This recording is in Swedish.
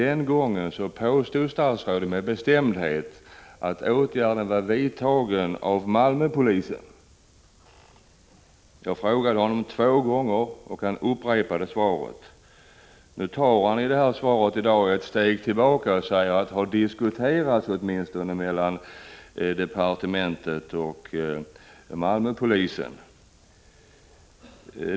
Enligt snabbprotokollet från riksdagsdebatten den 7 november 1985 säger statsrådet Sten Wickbom att ovan nämnda beslut lokalt fattats av Malmöpolisen.